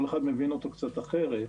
כל אחד מבין אותו קצת אחרת,